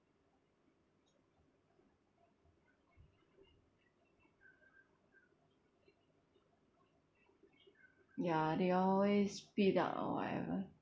ya they always spit out or whatever